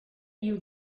you